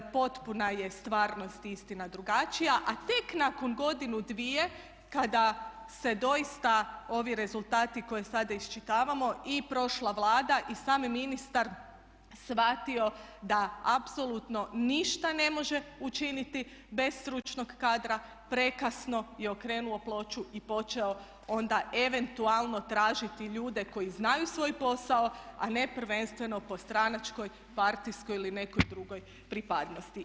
Potpuna je stvarnost i istina drugačija, a tek nakon godinu, dvije kada se doista ovi rezultati koje sada iščitavamo i prošla Vlada i sami ministar je shvatio da apsolutno ništa ne može učiniti bez stručnog kadra prekasno je okrenuo ploču i počeo onda eventualno tražiti ljude koji znaju svoj posao a ne prvenstveno po stranačkoj, partijskoj ili nekoj drugoj pripadnosti.